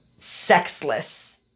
sexless